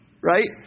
Right